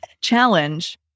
challenge